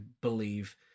believe